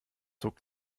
zog